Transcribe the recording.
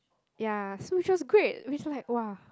ya so which was great which like !wah!